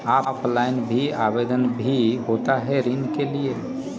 Offline भी आवेदन भी होता है ऋण के लिए?